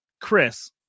Chris